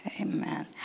Amen